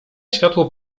światło